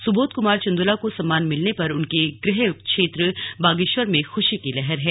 सुबोध कुमार चंदोला को सम्मान मिलने पर उनके गृह क्षेत्र बागेश्वर में खुशी की लहर है